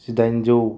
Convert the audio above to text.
जिदाइनजौ